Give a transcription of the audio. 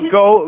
go